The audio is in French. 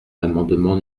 l’amendement